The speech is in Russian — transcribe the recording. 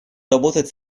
работать